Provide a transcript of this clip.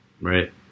right